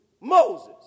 Moses